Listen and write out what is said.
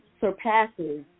surpasses